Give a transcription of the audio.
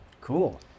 Cool